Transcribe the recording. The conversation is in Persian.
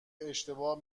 اشتباه